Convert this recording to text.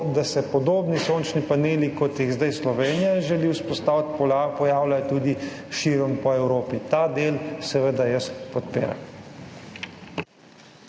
da se podobni sončni paneli, kot jih zdaj Slovenija želi vzpostaviti, pojavljajo tudi širom Evrope. Ta del seveda jaz podpiram.